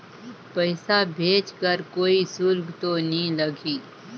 पइसा भेज कर कोई शुल्क तो नी लगही?